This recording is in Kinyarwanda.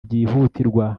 byihutirwa